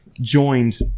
joined